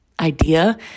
Idea